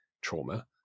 trauma